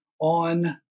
On